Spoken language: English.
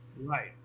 Right